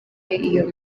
iyo